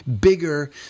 bigger